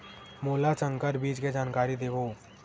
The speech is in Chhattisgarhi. मोला संकर बीज के जानकारी देवो?